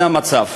זה המצב.